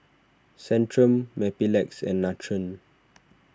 Centrum Mepilex and Nutren